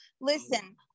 listen